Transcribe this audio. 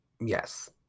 yes